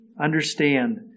Understand